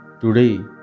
Today